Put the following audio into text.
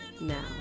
now